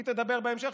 היא תדבר בהמשך,